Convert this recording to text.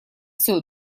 все